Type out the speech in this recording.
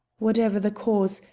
whatever the cause,